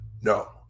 No